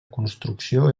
construcció